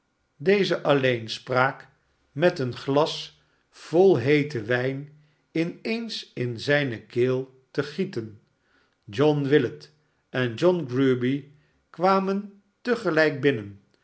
deze alleenspraak met een glas vol heeten wijn in eens in zijne keel te gieten john willet en john grueby kwamen te gelijk binnen